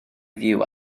fyw